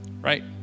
right